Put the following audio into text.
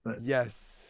Yes